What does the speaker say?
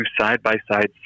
side-by-side